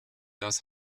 das